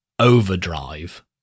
Overdrive